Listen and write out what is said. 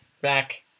back